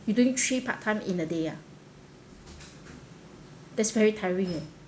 you doing three part time in a day ah that's very tiring leh